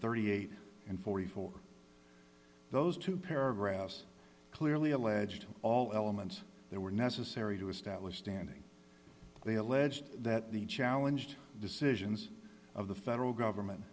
thirty eight and forty four dollars those two paragraphs clearly alleged all elements there were necessary to establish standing they alleged that the challenged decisions of the federal government